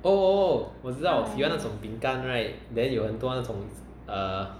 oh oh 我知道我喜欢那种饼干 right then 有很多那种 err